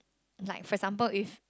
like for example if